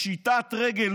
זה פשיטת רגל,